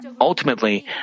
Ultimately